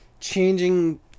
Changing